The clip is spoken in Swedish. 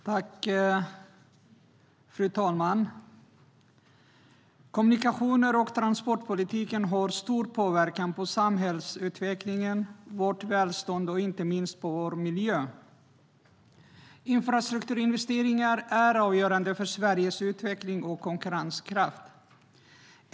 Fru talman! Kommunikationer och transportpolitiken har stor påverkan på samhällsutvecklingen, vårt välstånd och inte minst vår miljö. Infrastrukturinvesteringar är avgörande för Sveriges utveckling och konkurrenskraft.